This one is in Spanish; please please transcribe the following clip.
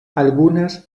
algunas